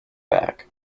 back